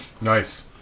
Nice